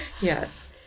yes